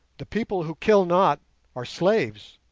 the people who kill not are slaves.